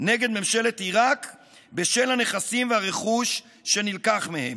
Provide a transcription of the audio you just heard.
נגד ממשלת עיראק בשל הנכסים והרכוש שנלקח ממנה.